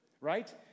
right